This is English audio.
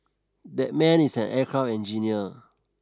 that man is an aircraft engineer